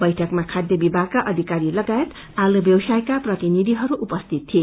बैठकमा खाध्य विभागका अधिकारी लगायत आलु व्यवसायका प्रतिनिधिहरू उपरियत थिए